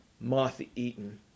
moth-eaten